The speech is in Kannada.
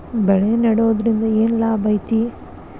ಬೆಳೆ ನೆಡುದ್ರಿಂದ ಏನ್ ಲಾಭ ಐತಿ?